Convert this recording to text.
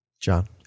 John